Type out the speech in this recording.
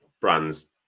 brands